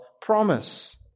promise